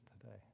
today